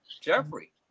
Jeffrey